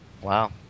Wow